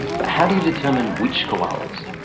but how do you determine which koalas?